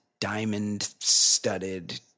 diamond-studded